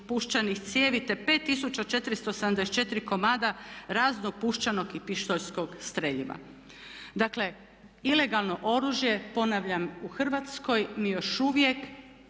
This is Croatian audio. puščanih cijevi te 5 474 komada raznog puščanog i pištoljskog streljiva. Dakle, ilegalno oružje ponavljam u Hrvatskoj mi još uvijek